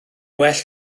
well